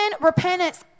repentance